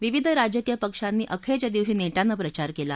विविध राजकीय पक्षांनी अखेरच्या दिवशी नेटाने प्रचार केला